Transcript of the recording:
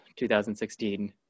2016